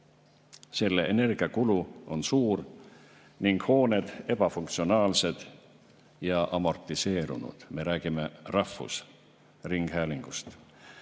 Selle energiakulu on suur ning hooned ebafunktsionaalsed ja amortiseerunud. Me räägime rahvusringhäälingust.